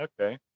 okay